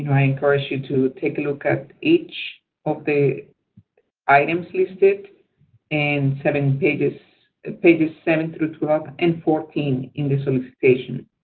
i encourage you to take a look at each of the items listed in seven pages pages seven through twelve, and fourteen in the solicitation.